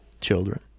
children